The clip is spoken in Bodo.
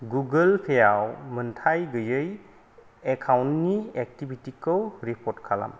गुगोल पे आव मोनथाय गैयि एकाउन्टनि एक्टिभिटिखौ रिपर्ट खालाम